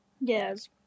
Yes